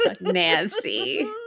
Nancy